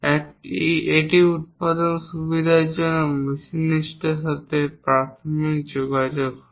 এবং এটি উত্পাদন সুবিধার মেশিনিস্টদের সাথে প্রাথমিক যোগাযোগ হয়